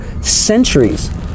centuries